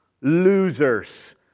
Losers